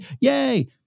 yay